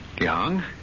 Young